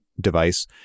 device